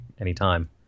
anytime